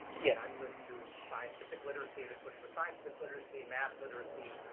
yes i've lived through scientific literacy, the push for scientific literacy, math literacy,